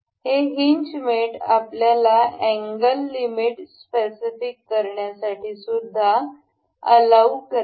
हे hinge mate आपल्याला angle limit specific करण्यासाठीसुद्धा अलाऊ करते